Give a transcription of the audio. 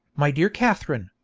my dear katharine,